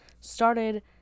started